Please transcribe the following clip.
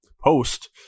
post